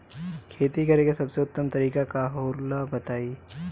खेती करे के सबसे उत्तम तरीका का होला बताई?